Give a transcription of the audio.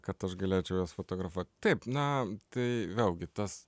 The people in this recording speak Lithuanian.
kad aš galėčiau juos fotografuot taip na tai vėlgi tas